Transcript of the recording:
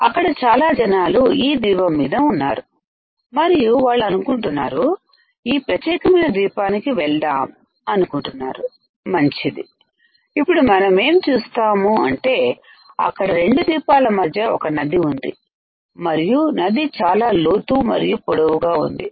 అక్కడ చాలా జనాలు ఈ ద్వీపం మీద ఉన్నారు మరియు వాళ్ళు అనుకుంటున్నారు ఈ ప్రత్యేకమైన ద్వీపానికి వెళ్దాం అనుకుంటున్నారు మంచిది ఇప్పుడు మనమేం చూస్తాము అంటే అక్కడ రెండు ద్వీపాల మధ్య ఒక నది ఉంది మరియు నది చాలా లోతు మరియు పొడవుగా ఉంది